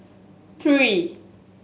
three